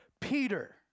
Peter